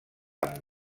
amb